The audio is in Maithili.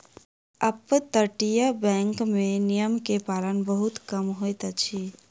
अपतटीय बैंक में नियम के पालन बहुत कम होइत अछि